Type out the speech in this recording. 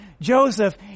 Joseph